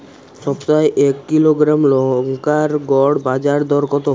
সপ্তাহে এক কিলোগ্রাম লঙ্কার গড় বাজার দর কতো?